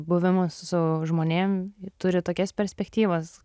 buvimas su žmonėm turi tokias perspektyvas